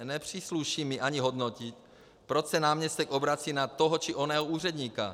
Nepřísluší mi ani hodnotit, proč se náměstek obrací na toho či onoho úředníka.